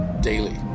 daily